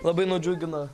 labai nudžiugina